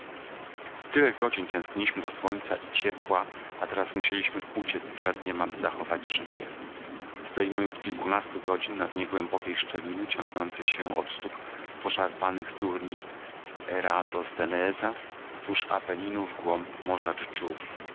tyle godzin tęskniliśmy do słońca i ciepła a teraz musieliśmy uciec przed niem aby zachować życie stoimy od kilkunastu godzin na dnie głębokiej szczeliny ciągnącej się od stóp poszarpanych turni eratosthenesa wzdłuż apeninu w głąb morza